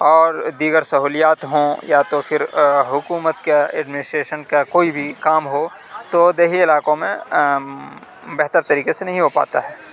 اور دیگر سہولیات ہوں یا تو پھر حکومت کے ایڈمنسٹریشن کا کوئی بھی کام ہو تو دیہی علاقوں میں بہتر طریقے سے نہیں ہو پاتا ہے